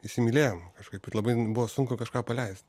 įsimylėjom kažkaip ir labai buvo sunku kažką paleist